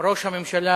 ראש הממשלה,